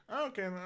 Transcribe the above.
Okay